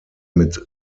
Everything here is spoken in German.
mit